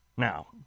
Now